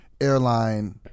airline